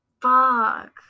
Fuck